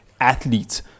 athletes